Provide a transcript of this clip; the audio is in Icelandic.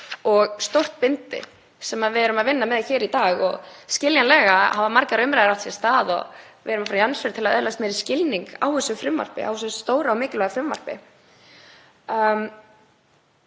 og stórt bindi sem við erum að vinna með hér í dag. Skiljanlega hafa miklar umræður átt sér stað og við erum að fara í andsvör til að öðlast meiri skilning á þessu frumvarpi, á þessu stóra og mikilvæga frumvarpi.